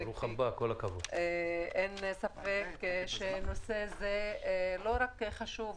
אין ספק שהנושא הזה לא רק חשוב,